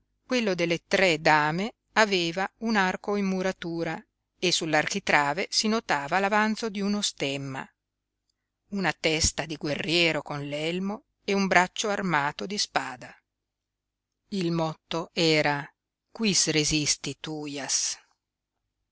quello delle tre dame aveva un arco in muratura e sull'architrave si notava l'avanzo di uno stemma una testa di guerriero con l'elmo e un braccio armato di spada il motto era quis resistit hujas